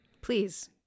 please